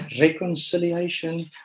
reconciliation